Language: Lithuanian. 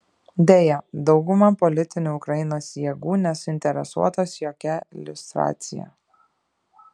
deja dauguma politinių ukrainos jėgų nesuinteresuotos jokia liustracija